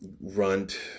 Runt